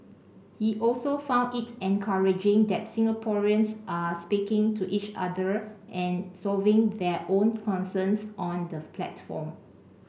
he also found it encouraging that Singaporeans are speaking to each other and solving their own concerns on the platform